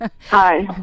Hi